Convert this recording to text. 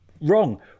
wrong